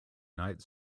night